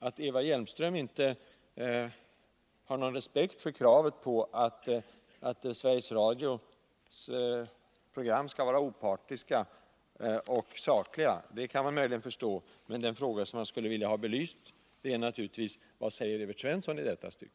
Att Eva Hjelmström inte har någon respekt för kravet på att Sveriges Radios program skall vara opartiska och sakliga kan man möjligen förstå, men den fråga som jag skulle vilja ha belyst är: Vad säger Evert Svensson i detta stycke?